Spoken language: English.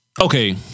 okay